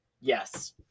Yes